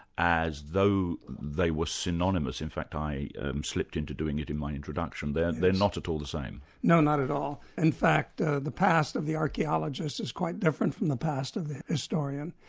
as though they were synonymous in fact i slipped into doing it in my introduction they're they're not at all the same. no, not at all. in fact, the the past of the archaeologist is quite different from the past of the historian,